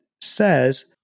says